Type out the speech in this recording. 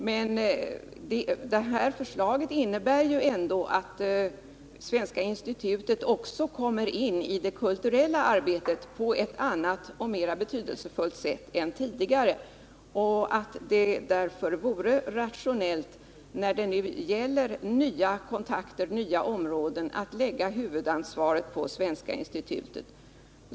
Men det här förslaget innebär ju också att Svenska institutet kommer in i det kulturella arbetet på ett annat och mera betydelsefullt sätt än tidigare. Det vore därför rationellt, när det nu gäller nya områden, att lägga huvudansvaret på Svenska institutet.